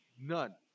None